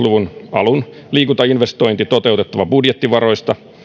alun liikuntainvestointi toteutettava budjettivaroista